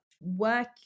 work